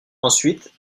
ensuite